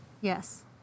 Yes